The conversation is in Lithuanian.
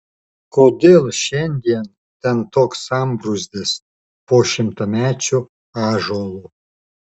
kodėl šiandien ten toks sambrūzdis po šimtamečiu ąžuolu